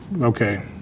okay